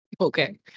Okay